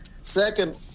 Second